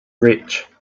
rich